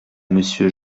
monsieur